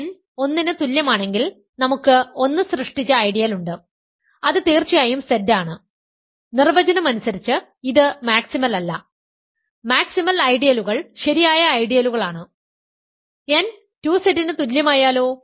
n 1 ന് തുല്യമാണെങ്കിൽ നമുക്ക് 1 സൃഷ്ടിച്ച ഐഡിയൽ ഉണ്ട് അത് തീർച്ചയായും Z ആണ് നിർവചനം അനുസരിച്ച് ഇത് മാക്സിമൽ അല്ല മാക്സിമൽ ഐഡിയലുകൾ ശരിയായ ഐഡിയലുകളാണ് n 2Z ന് തുല്യമായാലോ